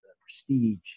prestige